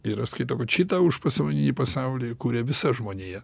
ir aš skaitau kad šitą užpasąmoninį pasaulį kuria visa žmonija